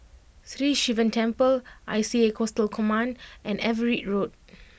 Sri Sivan Temple I C A Coastal Command and Everitt Road